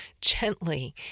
gently